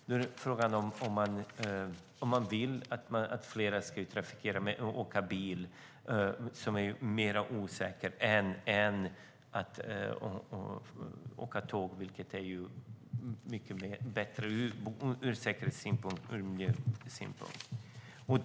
Då är frågan om man vill att fler ska åka bil, vilket är mer osäkert än att åka tåg, som ju är mycket bättre från säkerhets och miljösynpunkt.